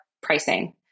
pricing